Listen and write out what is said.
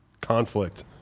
conflict